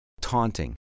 taunting